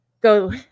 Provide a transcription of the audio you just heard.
go